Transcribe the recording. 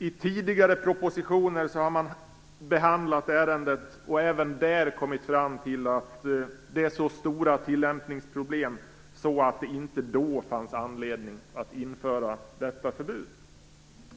I tidigare propositioner har man behandlat ärendet, och då har man kommit fram till att det fanns så stora tillämpningsproblem att man - i varje fall inte då - tyckte att det fanns anledning att införa förbudet.